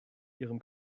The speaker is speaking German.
ihrem